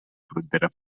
frontera